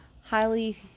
Highly